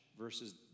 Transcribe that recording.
versus